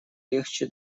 легче